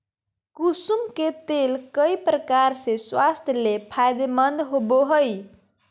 कुसुम के तेल कई प्रकार से स्वास्थ्य ले फायदेमंद होबो हइ